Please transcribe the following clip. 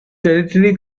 territory